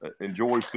enjoy